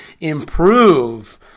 improve